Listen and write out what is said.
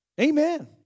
Amen